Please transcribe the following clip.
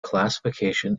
classification